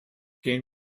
gehen